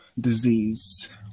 Disease